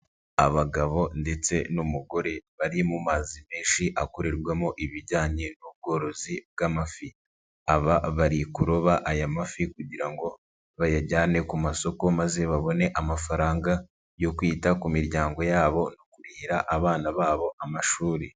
Abagabo ndetse n'umugore bari mu mazi menshi akorerwamo ibijyanye n'ubworozi bw'amafi. Aba bari kuroba aya mafi kugira ngo bayajyane ku masoko maze babone amafaranga yo kwita ku miryango yabo no kurihira abana babo amashuri.